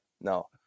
no